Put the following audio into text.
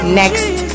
next